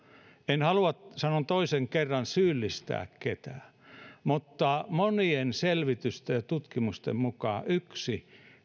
en halua sanon toisen kerran syyllistää ketään mutta monien selvitysten ja tutkimusten mukaan yksi